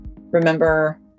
remember